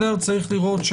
יש לראות,